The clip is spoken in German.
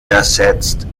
ersetzt